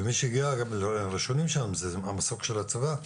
מי שהגיע ראשונים שם זה המסוק של הצבא,